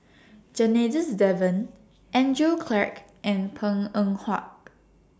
Janadas Devan Andrew Clarke and Png Eng Huat